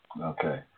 Okay